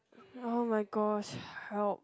oh-my-gosh help